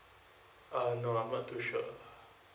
uh no I'm not too sure